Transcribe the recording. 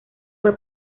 fue